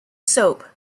soap